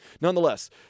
Nonetheless